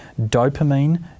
dopamine